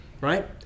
Right